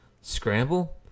Scramble